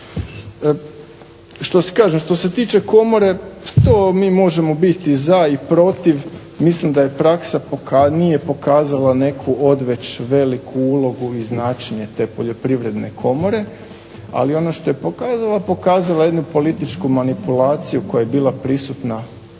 Što se tiče komore, to mi možemo biti za i protiv. Mislim daje praksa nije pokazala neku odveć veliku ulogu i značenje te Poljoprivredne komore ali ono što je pokazala pokazala je jednu političku manipulaciju koja je bila prisutna